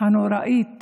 הנוראית